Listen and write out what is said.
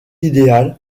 idéal